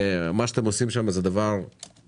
מה שאתם עושים שם הוא דבר מופלא.